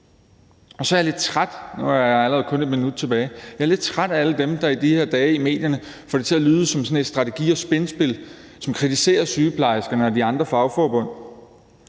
minut tilbage – af alle dem, der i de her dage i medierne får det til at lyde som sådan et strategi- og spinspil, og som kritiserer sygeplejerskerne og de andre fagforbund